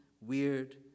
weird